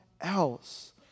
else